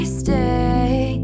stay